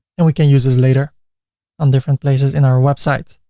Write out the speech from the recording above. and we can use this later on different places in our website.